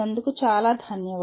చాలా ధన్యవాదాలు